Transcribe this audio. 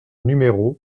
numéro